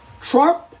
Trump